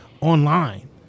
online